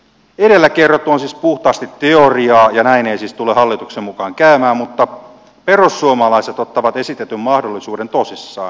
edellä kerrottu on siis puhtaasti teoriaa ja näin ei siis tule hallituksen mukaan käymään mutta perussuomalaiset ottavat esitetyn mahdollisuuden tosissaan